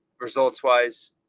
results-wise